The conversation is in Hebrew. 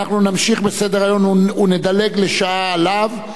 אנחנו נמשיך בסדר-היום ונדלג עליו לשעה.